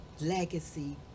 legacy